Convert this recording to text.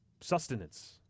sustenance